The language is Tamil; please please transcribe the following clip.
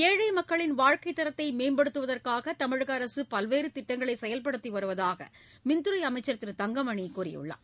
ஏழை மக்களின் வாழ்க்கைத் தரத்தை மேம்படுத்துவதற்காக தமிழக அரசு பல்வேறு திட்டங்களை செயல்படுத்தி வருவதாக மின்துறை அமைச்சர் திரு தங்கமணி கூறியுள்ளர்